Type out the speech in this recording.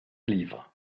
livres